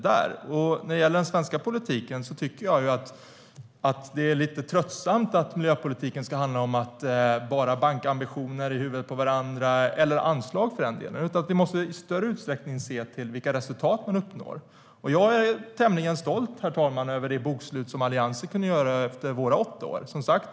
När det gäller den svenska politiken är det lite tröttsamt att miljöpolitiken bara ska handla om att banka ambitioner i huvudet på varandra, eller för den delen anslag. Vi måste i större utsträckning se till vilka resultat man uppnår. Jag är tämligen stolt, herr talman, över det bokslut som Alliansen kunde göra efter sina åtta år.